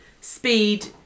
speed